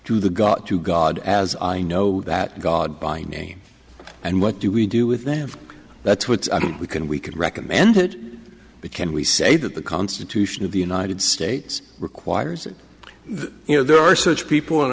to the got to god as i know that god by name and what do we do with them that's what we can we can recommend it became we say that the constitution of the united states requires you know there are such people and